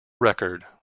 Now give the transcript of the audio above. record